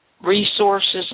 resources